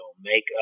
make